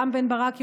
לרם בן ברק,